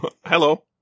hello